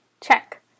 Check